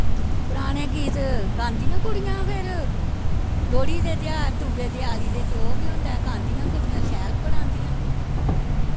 पराने गीत गंदियां कुड़ियां फिर लोह्ड़ी दे तेहार दुए देयाली दे जो बी होंदा ऐ गांदियां कुड़ियां शैल मनांदियां